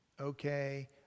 okay